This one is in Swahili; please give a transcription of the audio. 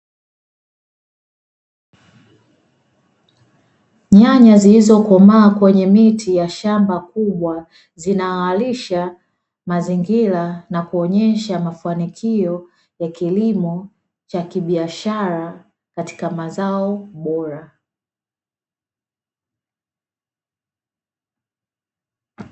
Nyanya zilizokomaa kwenye miti ya shamba kubwa zinawalisha mazingira na kuonyesha mafanikio ya kilimo cha kibiashara katika mazao bora.